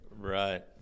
Right